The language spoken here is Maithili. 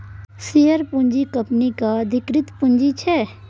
शेयर पूँजी कंपनीक अधिकृत पुंजी छै